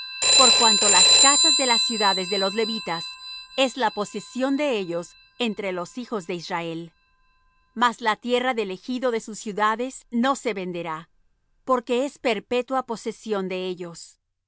por cuanto las casas de las ciudades de los levitas es la posesión de ellos entre los hijos de israel mas la tierra del ejido de sus ciudades no se venderá porque es perpetua posesión de ellos